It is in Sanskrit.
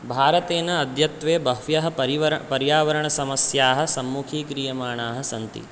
भारते अद्यत्वे बह्व्यः परिवरण पर्यावरणसमस्याः सम्मुखीक्रियमाणाः सन्ति